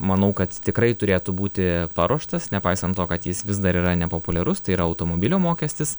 manau kad tikrai turėtų būti paruoštas nepaisant to kad jis vis dar yra nepopuliarus tai yra automobilio mokestis